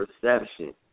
perception